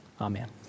Amen